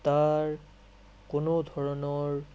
তাৰ কোনো ধৰণৰ